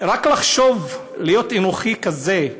רק לחשוב, להיות אנוכי כזה: